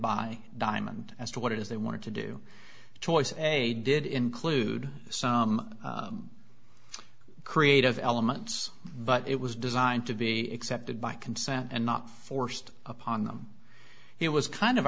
by diamond as to what it is they wanted to do the choice and they did include some creative elements but it was designed to be accepted by consent and not forced upon them it was kind of